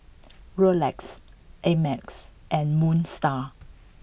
Rolex Ameltz and Moon Star